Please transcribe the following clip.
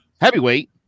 heavyweight